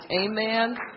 amen